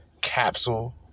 Capsule